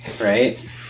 Right